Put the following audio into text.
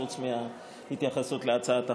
חוץ מההתייחסות להצעת החוק.